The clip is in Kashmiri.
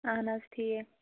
اَہَن حظ ٹھیٖک